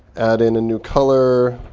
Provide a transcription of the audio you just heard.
add in a new color